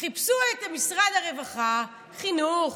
חיפשו את משרד הרווחה, חינוך,